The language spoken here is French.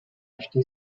acheté